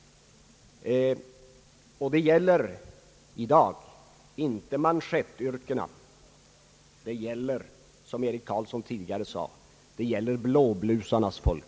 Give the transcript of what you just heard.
Det gäller i dag inte manschettyrkena, det gäller, som herr Eric Carlsson tidigare sade, blåblusarnas folk!